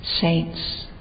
saints